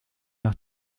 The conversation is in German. nach